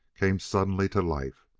came suddenly to life.